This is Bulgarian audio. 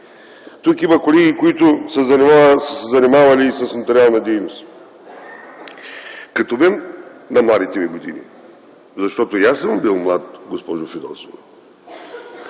тук има колеги, които са се занимавали и с нотариална дейност, като мен на младите ми години. Защото и аз съм бил млад, госпожо Фидосова.